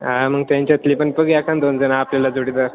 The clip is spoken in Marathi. हा मग त्यांच्यातली पण बघूया का न दोनजणं आपल्याला जोडीदार